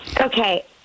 Okay